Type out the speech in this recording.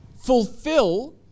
fulfill